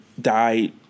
died